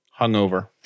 hungover